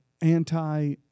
anti